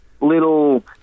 little